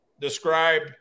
describe